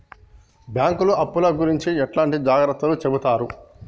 బ్యాంకులు అప్పుల గురించి ఎట్లాంటి జాగ్రత్తలు చెబుతరు?